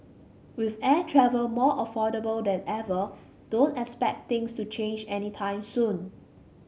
with air travel more affordable than ever don't expect things to change any time soon